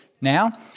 Now